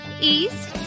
east